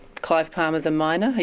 clive palmer's a miner.